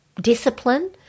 discipline